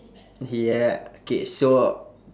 yeah K so